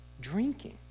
drinking